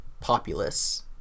populace